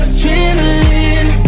Adrenaline